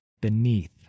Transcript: beneath